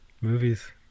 movies